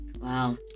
Wow